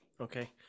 Okay